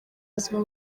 buzima